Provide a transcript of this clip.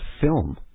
film